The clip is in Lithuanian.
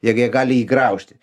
jie gi gali jį graužti